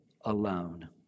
alone